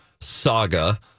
saga